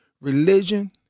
Religion